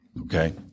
Okay